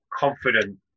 Confident